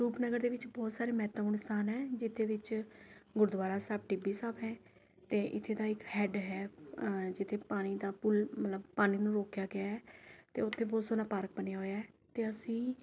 ਰੂਪਨਗਰ ਦੇ ਵਿੱਚ ਬਹੁਤ ਸਾਰੇ ਮਹੱਤਵਪੂਰਨ ਸਥਾਨ ਹੈ ਜਿਹਦੇ ਵਿੱਚ ਗੁਰਦੁਆਰਾ ਸਾਹਿਬ ਟਿੱਬੀ ਸਾਹਿਬ ਹੈ ਅਤੇ ਇੱਥੇ ਦਾ ਇੱਕ ਹੈੱਡ ਹੈ ਜਿੱਥੇ ਪਾਣੀ ਦਾ ਪੁੱਲ ਮਤਲਬ ਪਾਣੀ ਨੂੰ ਰੋਕਿਆ ਗਿਆ ਹੈ ਅਤੇ ਉੱਥੇ ਬਹੁਤ ਸੋਹਣਾ ਪਾਰਕ ਬਣਿਆ ਹੋਇਆ ਹੈ ਅਤੇ ਅਸੀਂ